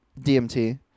DMT